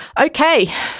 Okay